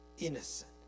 Innocent